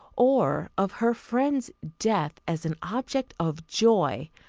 or of her friend's death as an object of joy,